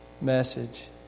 message